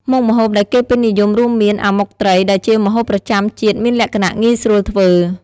មុខម្ហូបដែលគេពេញនិយមរួមមាន អាម៉ុកត្រី ដែលជាម្ហូបប្រចាំជាតិមានលក្ខណៈងាយស្រួលធ្វើ។